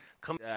come